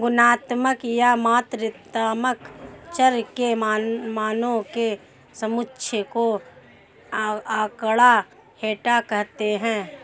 गुणात्मक या मात्रात्मक चर के मानों के समुच्चय को आँकड़ा, डेटा कहते हैं